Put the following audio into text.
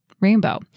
rainbow